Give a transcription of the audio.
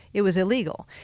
it was illegal.